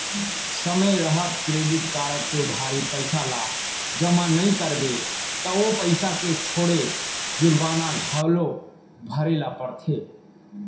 समे रहत credit card के उधारी पइसा ल जमा नइ करबे त ओ पइसा के छोड़े जुरबाना घलौ भरे ल परथे